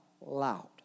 loud